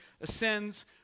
ascends